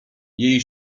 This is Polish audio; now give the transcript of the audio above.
jej